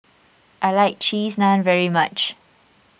I like Cheese Naan very much